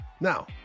Now